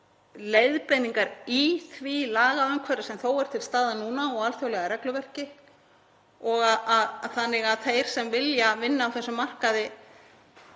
leiðbeiningar í því lagaumhverfi sem þó er til staðar núna og alþjóðlega regluverki þannig að þeir sem vilja vinna á þessum markaði